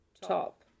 top